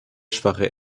schwache